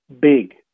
big